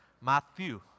Matthew